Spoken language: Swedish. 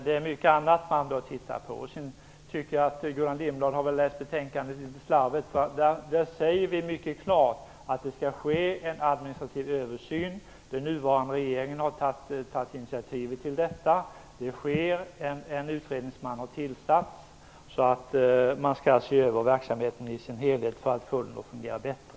Det är mycket annat man bör titta på. Jag tror att Gullan Lindblad har läst betänkandet litet slarvigt. Där säger vi mycket klart att det skall ske en administrativ översyn. Den nuvarande regeringen har tagit initiativ till det. En utredningsman har tillsatts. Man kommer att se över verksamheten i dess helhet för att få den att fungera bättre.